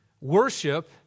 worship